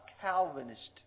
Calvinist